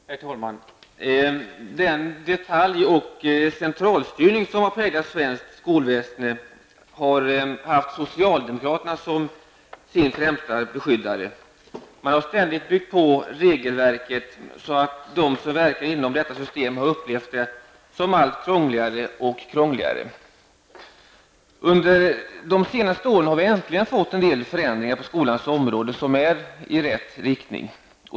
Herr talman! Den detalj och centralstyrning som har präglat svenskt skolväsende har haft socialdemokraterna som sin främste beskyddare. Man har ständigt byggt på regelverket, så att de som verkar inom detta system har upplevt det som allt krångligare. Under de senaste åren har vi äntligen fått en del förändringar på skolans område som är i rätt riktning.